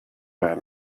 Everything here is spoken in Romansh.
per